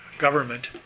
government